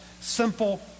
Simple